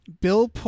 Bill